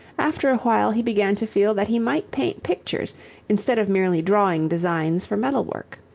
after a while he began to feel that he might paint pictures instead of merely drawing designs for metal work.